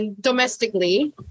domestically